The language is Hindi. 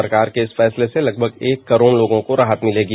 सरकार के इस फैसले के करीब एक करोड़ लोगों को राहत मिलेगी